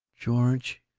george,